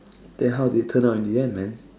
then how did it turn out in the end man